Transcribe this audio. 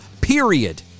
period